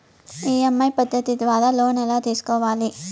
EMI పద్ధతి ద్వారా loan ఎలా తీసుకోవాలి